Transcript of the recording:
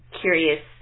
curious